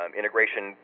integration